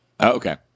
okay